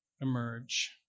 emerge